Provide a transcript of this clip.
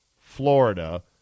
Florida